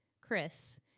Chris